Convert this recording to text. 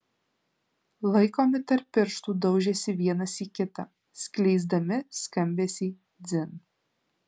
laikomi tarp pirštų daužėsi vienas į kitą skleisdami skambesį dzin